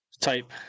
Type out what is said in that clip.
type